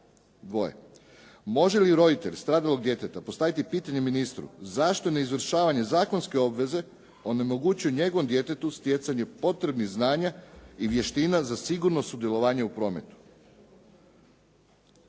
Može li roditelj stradalog djeteta postaviti pitanje ministru zašto neizvršavanje zakonske obveze onemogućuje njegovom djetetu stjecanje potrebnih znanja i vještina za sigurno sudjelovanje u prometu?